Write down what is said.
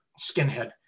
skinhead